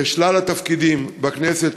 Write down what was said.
בשלל התפקידים בכנסת,